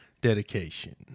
Dedication